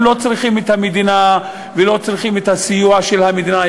צריכים את המדינה ולא צריכים את הסיוע של המדינה.